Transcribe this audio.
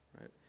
right